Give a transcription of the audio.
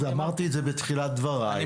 אני אמרתי את זה בתחילת דבריי.